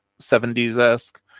70s-esque